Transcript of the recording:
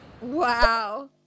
Wow